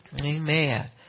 Amen